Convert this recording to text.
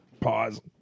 Pause